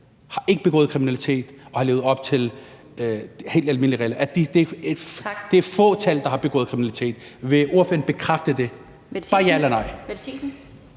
har begået kriminalitet og har levet op til helt almindelige regler? Det er et fåtal, der har begået kriminalitet. Vil ordføreren bekræfte det – bare ja eller nej?